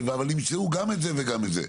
אבל ימצאו גם את זה וגם את זה.